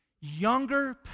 Younger